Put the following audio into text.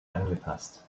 angepasst